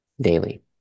daily